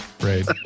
right